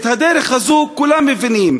את הדרך הזאת כולם מבינים,